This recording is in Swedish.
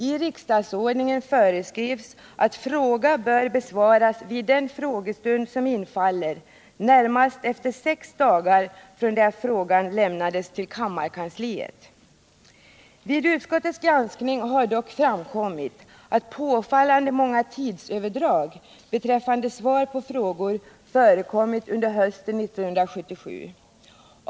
I riksdagsordningen föreskrivs att fråga bör besvaras vid den frågestund som infaller närmast efter sex dagar från det att frågan lämnades till kammarkansliet. Vid utskottets granskning har dock framkommit att påfallande många tidsöverdrag beträffande svar på frågor förekommit under hösten 1977.